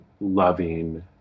loving